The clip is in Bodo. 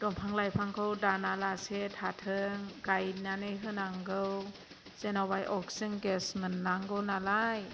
दंफां लाइफांखौ दाना लासे थाथों गायनानै होनांगौ जेनेबा अक्सिजेन गेस मोननांगौ नालाय